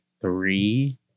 three